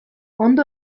ondo